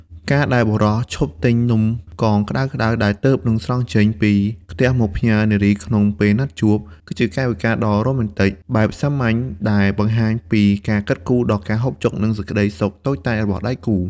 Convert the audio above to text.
ការដែលបុរសឈប់ទិញនំកងក្ដៅៗដែលទើបនឹងស្រង់ចេញពីខ្ទះមកផ្ញើនារីក្នុងពេលណាត់ជួប គឺជាកាយវិការដ៏រ៉ូមែនទិកបែបសាមញ្ញដែលបង្ហាញពីការគិតគូរដល់ការហូបចុក និងសេចក្ដីសុខតូចតាចរបស់ដៃគូ។